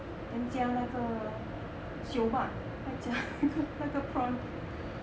then 加那个 sio bak 再加 那个那个 prawn